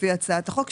לפי הצעת החוק,